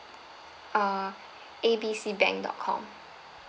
uh A B C bank dot com